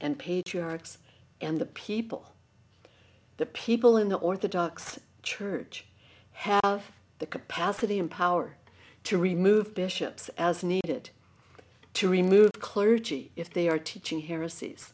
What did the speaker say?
and patriarchs and the people the people in the orthodox church have the capacity and power to remove bishops as needed to remove clergy if they are teaching h